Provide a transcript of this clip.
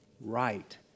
right